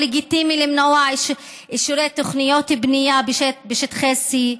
לא לגיטימי למנוע אישורי תוכניות בנייה בשטחי C,